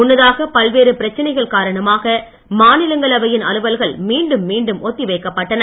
முன்னதாக பல்வேறு பிரச்சனைகள் காரணமாக மாநிலங்களவையின் அலுவல்கள் மீண்டும் மீண்டும் ஒத்தி வைக்கப்பட்டன